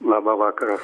labą vakarą